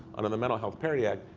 under the mental health parity act,